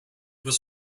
was